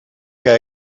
que